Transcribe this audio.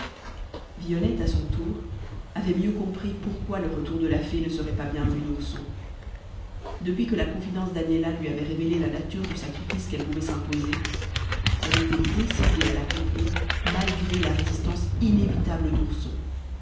violette à son tour avait mieux compris pourquoi le retour de la fée ne serait pas bien vu d'ourson depuis que la confidence d'agnella lui avait révélé la nature du sacrifice qu'elle pouvait s'imposer elle était décidée à l'accomplir malgré la résistance inévitable d'ourson